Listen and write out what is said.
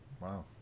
wow